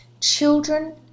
Children